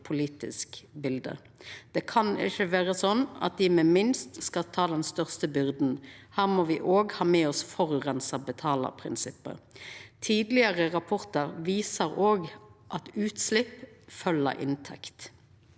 politisk bilde. Det kan ikkje vera sånn at dei med minst skal ta den største byrda. Her må me òg ha med oss forureinar betalar-prinsippet. Tidlegare rapportar viser òg at utslepp følgjer inntekt.